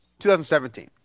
2017